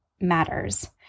matters